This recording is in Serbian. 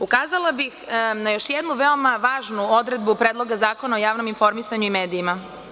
Ukazala bih na još jednu veoma važnu odredbu Predloga zakona o javnom informisanju i medijima.